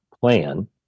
plan